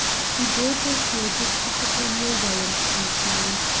he brought her here just to put her in your way and punish me.